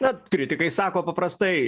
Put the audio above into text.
na kritikai sako paprastai